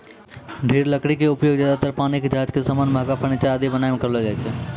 दृढ़ लकड़ी के उपयोग ज्यादातर पानी के जहाज के सामान, महंगा फर्नीचर आदि बनाय मॅ करलो जाय छै